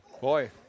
Boy